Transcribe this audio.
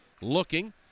looking